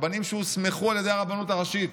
רבנים שהוסמכו על ידי הרבנות הראשית,